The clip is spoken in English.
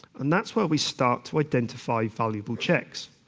and that's where we start to identify valuable checks.